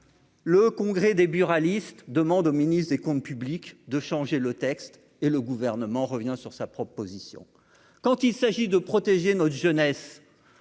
le congrès des buralistes demandent au ministre des comptes publics de changer le texte et le gouvernement revient sur sa proposition, quand il s'agit de protéger notre jeunesse